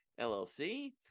LLC